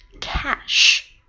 cash